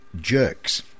jerks